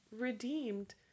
redeemed